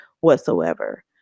whatsoever